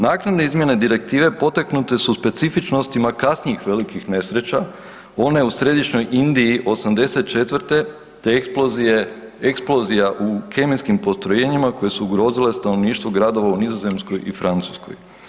Naknadne izmjene Direktive potaknute su specifičnostima kasnijih velikih nesreća, one u središnjoj Indiji, 84. te eksplozija u kemijskim postrojenjima koje su ugrozile stanovništvo gradova u Nizozemskoj i Francuskoj.